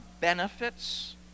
benefits